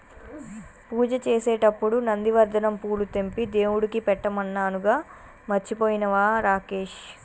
పూజ చేసేటప్పుడు నందివర్ధనం పూలు తెంపి దేవుడికి పెట్టమన్నానుగా మర్చిపోయినవా రాకేష్